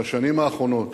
בשנים האחרונות?